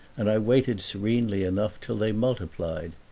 and i waited serenely enough till they multiplied.